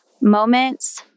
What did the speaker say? moments